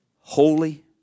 Holy